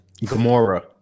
Gamora